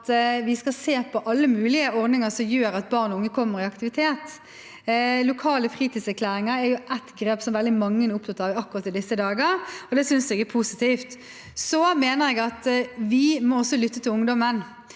vi skal se på alle mulige ordninger som gjør at barn og unge kommer i aktivitet. Lokale fritidserklæringer er et grep veldig mange er opptatt av akkurat i disse dager, og det synes jeg er positivt. Jeg mener at vi også må lytte til ungdommen